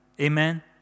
Amen